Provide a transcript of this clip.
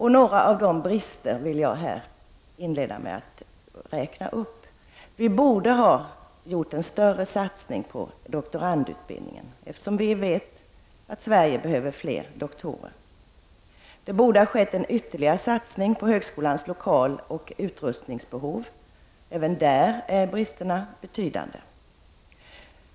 Jag vill räkna upp några av de bristerna. Det borde ha skett en större satsning på doktorandutbildningen. Vi vet att Sverige behöver fler doktorer. Det borde ha skett en ytterligare satsning på högskolans lokaloch utrustningsbehov. Där är bristerna betydande.